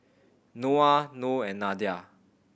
Noah Noh and Nadia